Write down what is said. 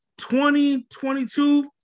2022